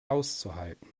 auszuhalten